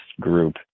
group